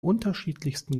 unterschiedlichsten